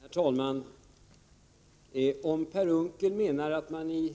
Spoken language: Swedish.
Herr talman! Om Per Unckel menar att man i